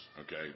Okay